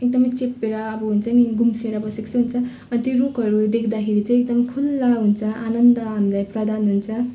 एकदमै चेप्पिएर अब हुन्छ नि गुम्सिएर बसेको जस्तो हुन्छ त्यो रुखहरू देख्दाखेरि चाहिँ एकदम खुला हुन्छ आनन्द हामीलाई प्रदान हुन्छ